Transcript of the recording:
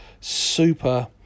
super